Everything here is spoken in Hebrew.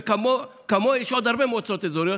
וכמוה יש עוד הרבה מועצות אזוריות.